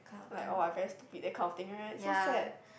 like oh I very stupid that kind of thing right so sad